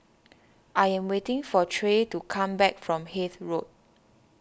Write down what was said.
I am waiting for Trey to come back from Hythe Road